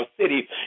city